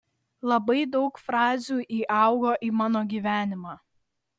labai daug frazių įaugo į mano gyvenimą